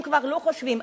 הם כבר לא חושבים,